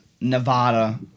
Nevada